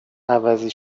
عوضی